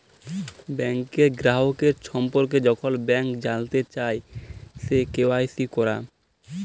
ব্যাংকের গ্রাহকের সম্পর্কে যখল ব্যাংক জালতে চায়, সে কে.ওয়াই.সি ক্যরা